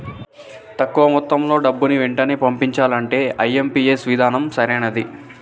తక్కువ మొత్తంలో డబ్బుని వెంటనే పంపించాలంటే ఐ.ఎం.పీ.ఎస్ విధానం సరైనది